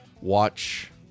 watch